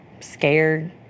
scared